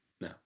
No